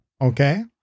Okay